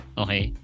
okay